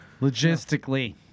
Logistically